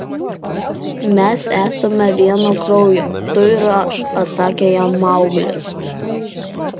mes esame vieno kraujo tu ir aš atsakė jam mauglis